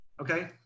okay